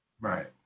right